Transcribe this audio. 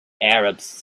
arabs